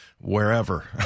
wherever